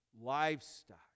livestock